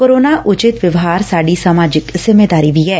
corona ਉਚਿਤ ਵਿਵਹਾਰ ਸਾਡੀ ਸਮਾਜਿਕ ਜਿੰਮੇਵਾਰੀ ਵੀ ਐ